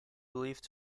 believed